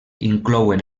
inclouen